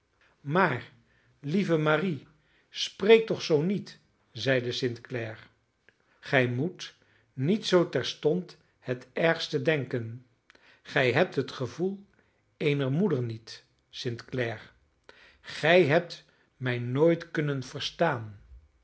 maar lieve marie spreek toch zoo niet zeide st clare gij moet niet zoo terstond het ergste denken gij hebt het gevoel eener moeder niet st clare gij hebt mij nooit kunnen verstaan